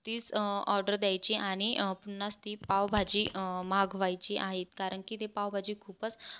तीच ऑर्डर द्यायची आणि पुन्हाच ती पावभाजी मागवायची आहे कारण की ते पावभाजी खूपच